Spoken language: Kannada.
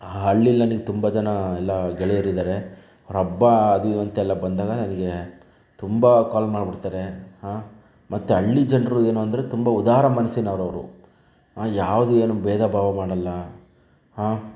ಆ ಹಳ್ಳೀಲಿ ನನಗೆ ತುಂಬ ಜನ ಎಲ್ಲ ಗೆಳೆಯರಿದ್ದಾರೆ ಅವರು ಹಬ್ಬ ಅದು ಇದು ಅಂತ ಎಲ್ಲ ಬಂದಾಗ ನನಗೆ ತುಂಬ ಕಾಲ್ ಮಾಡಿಬಿಡ್ತಾರೆ ಹಾಂ ಮತ್ತು ಹಳ್ಳಿ ಜನರು ಏನು ಅಂದರೆ ತುಂಬ ಉದಾರ ಮನಸಿನವರು ಅವರು ಯಾವುದೂ ಏನೂ ಭೇದ ಭಾವ ಮಾಡಲ್ಲ ಹಾಂ